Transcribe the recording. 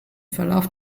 verlauf